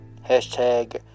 hashtag